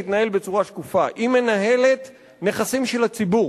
היא מנהלת נכסים של הציבור,